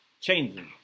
changing